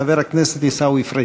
חבר הכנסת עיסאווי פריג'.